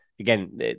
Again